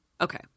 Okay